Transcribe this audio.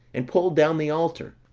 and pulled down the altar,